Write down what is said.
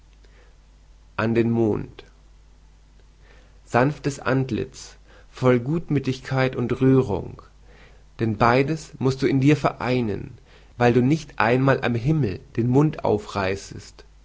an den mond sanftes antlitz voll gutmüthigkeit und rührung denn beides mußt du in dir vereinen weil du nicht einmal am himmel den mund aufreißest